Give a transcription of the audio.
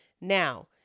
Now